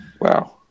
wow